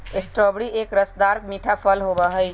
strawberry एक रसदार मीठा फल होबा हई